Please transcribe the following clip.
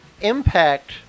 Impact